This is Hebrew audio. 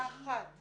היא